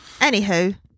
Anywho